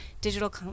digital